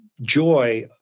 joy